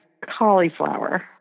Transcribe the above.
Cauliflower